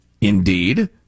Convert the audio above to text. Indeed